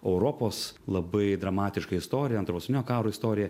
europos labai dramatiška istorija antro pasaulinio karo istorija